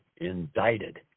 indicted